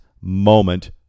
moment